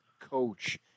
coach